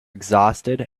exhausted